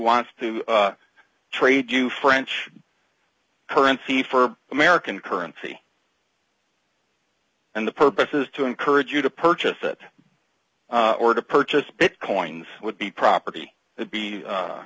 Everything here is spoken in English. wants to trade you french currency for american currency and the purpose is to encourage you to purchase it or to purchase bitcoins would be property would be